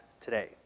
today